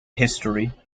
history